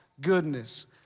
goodness